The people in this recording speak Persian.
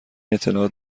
اطلاعات